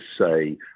say